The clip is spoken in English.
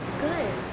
Good